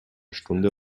stunde